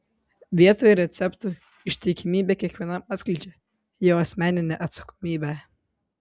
vietoj receptų ištikimybė kiekvienam atskleidžia jo asmeninę atsakomybę